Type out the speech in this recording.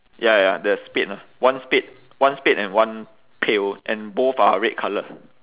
ya ya the spade lah one spade one spade and one pail and both are red colour